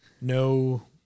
no